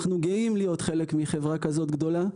אנחנו גאים להיות חלק מחברה כזו גדולה,